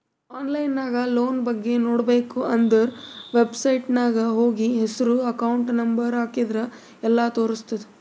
online ನಾಗ್ loan ಬಗ್ಗೆ ನೋಡ್ಬೇಕ ಅಂದುರ್ ವೆಬ್ಸೈಟ್ನಾಗ್ ಹೋಗಿ ಹೆಸ್ರು ಅಕೌಂಟ್ ನಂಬರ್ ಹಾಕಿದ್ರ ಎಲ್ಲಾ ತೋರುಸ್ತುದ್